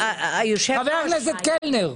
חבר הכנסת קלנר.